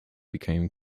became